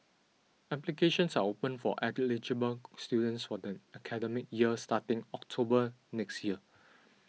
applications are open for students for the academic year starting October next year